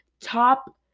top